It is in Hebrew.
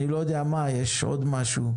אני לא יודע אם יש עוד משהו.